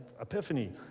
epiphany